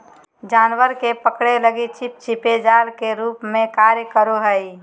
जानवर के पकड़े लगी चिपचिपे जाल के रूप में कार्य करो हइ